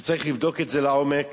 שצריך לבדוק את זה לעומק.